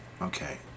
Okay